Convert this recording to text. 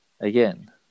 again